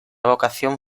vocación